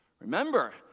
Remember